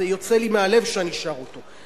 זה יוצא לי מהלב כשאני שר אותו.